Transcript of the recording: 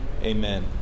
Amen